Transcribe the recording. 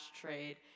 Trade